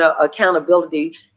accountability